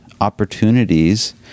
opportunities